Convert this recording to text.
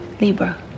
libra